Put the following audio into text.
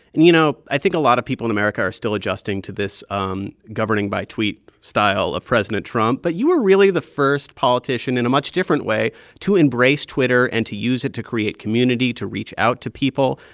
and you know, i think a lot of people in america are still adjusting to this um governing-by-tweet style of president trump. but you were really the first politician in a much different way to embrace twitter and to use it to create community, to reach out to people.